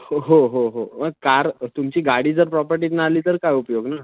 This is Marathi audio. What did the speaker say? हो हो हो हो कार तुमची गाडी जर प्रॉपर्टीत नाही आली तर काय उपयोग ना